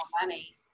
money